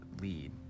lead